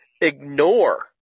ignore